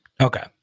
Okay